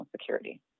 security